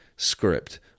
script